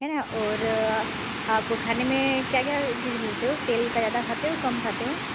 है ना और आप खाने में क्या क्या चीज़ लेते हो तेल का ज़्यादा खाते हो कम खाते हो